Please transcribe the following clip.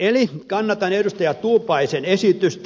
eli kannatan edustaja tuupaisen esitystä